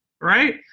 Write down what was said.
right